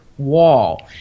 wall